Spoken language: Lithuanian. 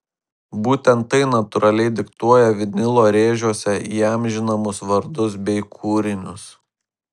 būtent tai natūraliai diktuoja vinilo rėžiuose įamžinamus vardus bei kūrinius